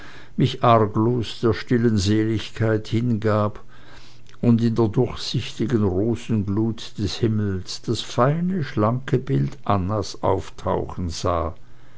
mich arglos der stillen seligkeit hingab und in der durchsichtigen rosenglut des himmels das feine schlanke bild annas auftauchen sah